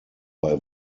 bei